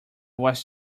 was